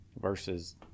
versus –